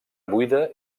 buida